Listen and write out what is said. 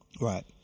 Right